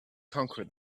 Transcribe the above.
conquer